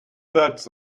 birds